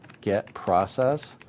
get process,